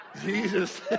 Jesus